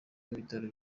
w’ibitaro